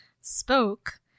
spoke